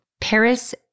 Paris